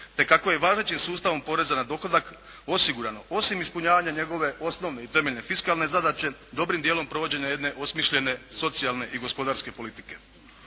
te kako je važećim sustavom poreza na dohodak osigurano osim ispunjavanja njegove osnovne i temeljne fiskalne zadaće dobrim dijelom provođenja jedne osmišljene socijalne i gospodarske politike.